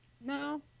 No